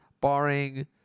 barring